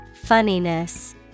Funniness